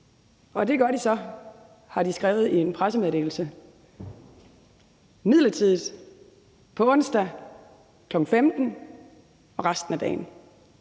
Og det gør de så, har de skrevet i en pressemeddelelse, midlertidigt på onsdag kl. 15 og resten af dagen.